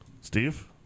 Steve